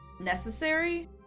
necessary